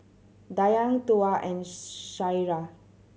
Dayang Tuah and Syirah